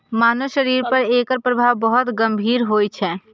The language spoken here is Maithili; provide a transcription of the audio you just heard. मानव शरीर पर एकर प्रभाव बहुत गंभीर होइ छै